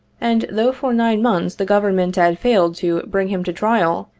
and though for nine months the government had failed to bring him to trial,